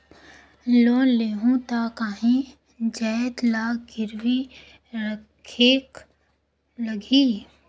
Loan लेहूं ता काहीं जाएत ला गिरवी रखेक लगही?